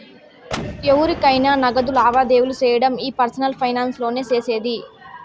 ఎవురికైనా నగదు లావాదేవీలు సేయడం ఈ పర్సనల్ ఫైనాన్స్ లోనే సేసేది